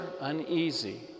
uneasy